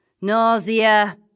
nausea